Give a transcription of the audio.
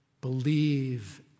Believe